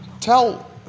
tell